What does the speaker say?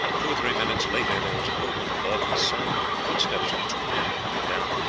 two or three minutes later there was a movement above and the sound of the footsteps of two men coming down.